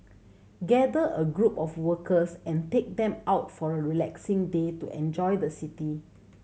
gather a group of workers and take them out for a relaxing day to enjoy the city